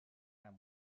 amunt